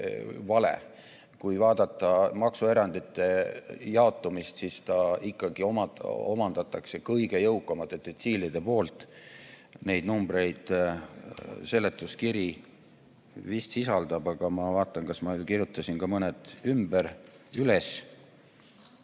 Kui vaadata maksuerandite jaotumist, siis soodustus ikkagi omandatakse kõige jõukamate detsiilide poolt. Neid numbreid seletuskiri vist sisaldab. Ma vaatan, kas ma kirjutasin mõned ka üles.